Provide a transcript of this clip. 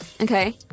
Okay